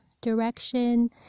direction